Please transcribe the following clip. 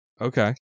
Okay